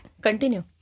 Continue